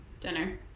Dinner